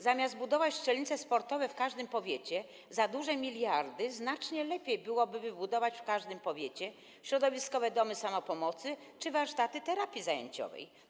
Zamiast budować strzelnice sportowe w każdym powiecie za duże miliardy, znacznie lepiej byłoby wybudować w każdym powiecie środowiskowe domy samopomocy czy warsztaty terapii zajęciowej.